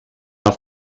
auf